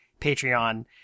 Patreon